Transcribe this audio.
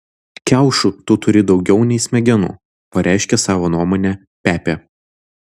kiaušų tu turi daugiau nei smegenų pareiškė savo nuomonę pepė